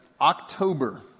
October